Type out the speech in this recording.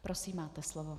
Prosím, máte slovo.